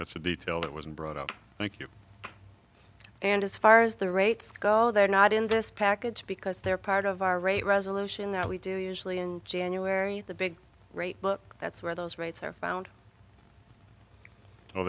that's a detail that was brought up thank you and as far as the rates go they're not in this package because they're part of our rate resolution that we do usually in january the big rate book that's where those rates are found well